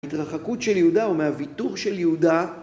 התרחקות של יהודה או מהוויתור של יהודה